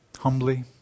humbly